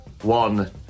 one